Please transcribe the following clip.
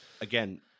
again